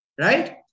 Right